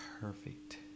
perfect